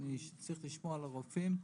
אני צריך לשמור על הרופאים,